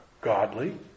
godly